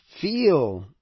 feel